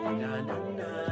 na-na-na